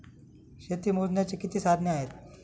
शेती मोजण्याची किती साधने आहेत?